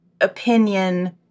opinion